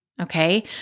Okay